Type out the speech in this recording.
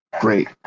great